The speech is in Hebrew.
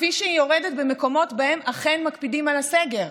כפי שהיא יורדת במקומות שבהם אכן מקפידים על הסגר,